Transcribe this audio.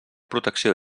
protecció